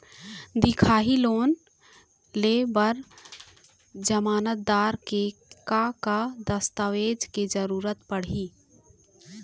दिखाही लोन ले बर जमानतदार के का का दस्तावेज के जरूरत पड़ही?